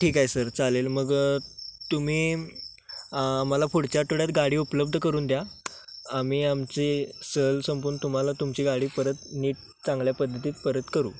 ठीक आहे सर चालेल मग तुम्ही आम्हाला पुढच्या आठवड्यात गाडी उपलब्ध करून द्या आम्ही आमची सहल संपवून तुम्हाला तुमची गाडी परत नीट चांगल्या पद्धतीत परत करू